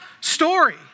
story